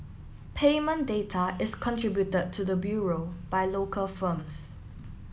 payment data is contributed to the Bureau by local firms